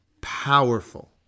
powerful